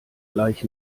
gleich